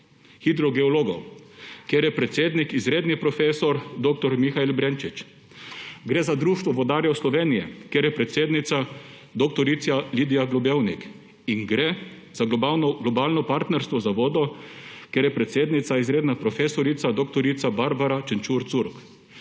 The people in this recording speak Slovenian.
hidrogeologov, kjer je predsednik izredni profesor dr. Mihael Brenčič. Gre za Društvo vodarjev Slovenije, kjer je predsednica dr. Lidija Globevnik. In gre za Globalno partnerstvo za vodo, kjer je predsednica izredna profesorica dr. Barbara Čenčur Curk.